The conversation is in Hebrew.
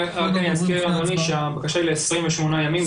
רק אני אזכיר לאדוני שהבקשה היא ל-28 ימים,